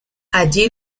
allí